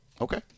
Okay